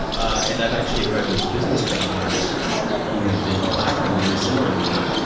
and i've actually heard of business travelers who have been blackmailed very similarly,